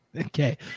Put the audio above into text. Okay